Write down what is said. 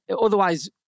Otherwise